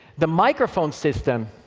the microphone system,